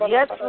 Yes